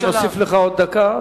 אני מוסיף לך עוד דקה,